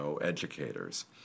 educators